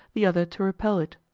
the other to repel it.